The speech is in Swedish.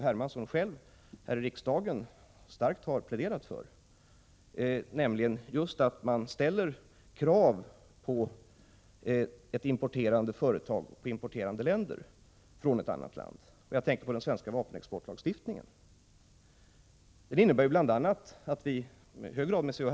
Hermansson har själv här i riksdagen starkt pläderat för just detta att ett land skall ställa krav på ett importerande företag och på importerande länder. Jag tänker på den svenska vapenexportlagstiftningen. Den innebär bl.a. att vi - i hög grad med C.-H.